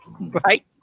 Right